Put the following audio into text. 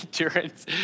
endurance